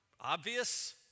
obvious